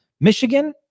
Michigan